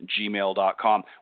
gmail.com